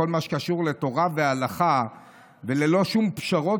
בכל מה שקשור לתורה והלכה וללא שום פשרות,